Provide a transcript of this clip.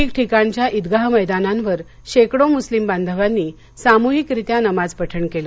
ठिकठीकाणच्या ईदगाह मैदानांवर शेकडो मुस्लीम बांधवांनी सामुहिकरित्या नमाजपठण केलं